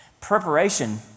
Preparation